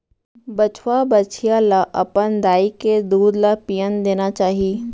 बछवा, बछिया ल अपन दाई के दूद ल पियन देना चाही